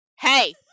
Hey